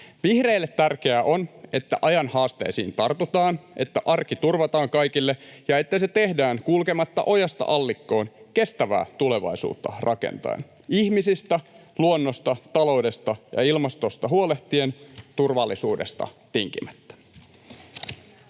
Vihreille tärkeää on, että ajan haasteisiin tartutaan, että arki turvataan kaikille ja että se tehdään kulkematta ojasta allikkoon, kestävää tulevaisuutta rakentaen: ihmisistä, luonnosta, taloudesta ja ilmastosta huolehtien, turvallisuudesta tinkimättä.